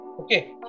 Okay